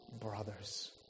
brothers